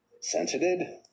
sensitive